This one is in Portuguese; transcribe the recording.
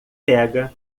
pega